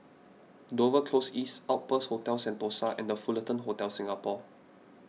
Dover Close East Outpost Hotel Sentosa and the Fullerton Hotel Singapore